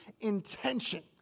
intention